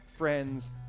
friends